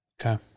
Okay